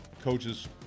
coaches